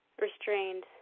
restrained